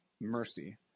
mercy